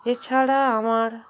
এছাড়া আমার